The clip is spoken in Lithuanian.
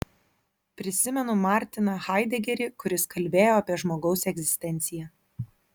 prisimenu martiną haidegerį kuris kalbėjo apie žmogaus egzistenciją